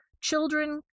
children